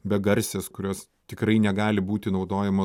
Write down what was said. begarsės kurios tikrai negali būti naudojamos